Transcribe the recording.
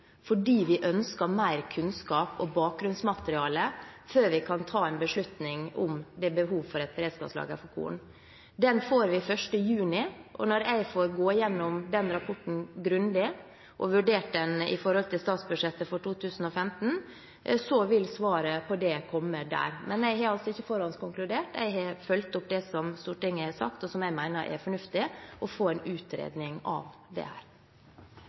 fordi vi ønsker mer kunnskap og bakgrunnsmateriale før vi kan ta en beslutning om hvorvidt det er behov for et beredskapslager for korn. Den får vi 1. juni, og når jeg får gått grundig gjennom den rapporten og vurdert den i forhold til statsbudsjettet for 2015, vil svaret på det komme der. Men jeg har altså ikke forhåndskonkludert. Jeg har fulgt opp det som Stortinget har sagt, og som jeg mener er fornuftig: å få en utredning av